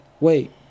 wait